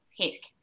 pick